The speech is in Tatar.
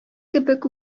кебек